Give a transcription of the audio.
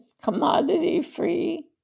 commodity-free